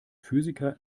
physiker